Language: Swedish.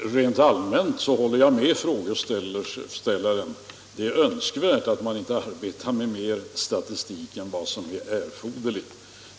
Herr talman! Rent allmänt håller jag med frågeställaren: det är önskvärt att man inte arbetar med mer statistik än vad som är erforderligt.